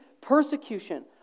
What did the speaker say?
persecution